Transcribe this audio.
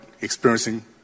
experiencing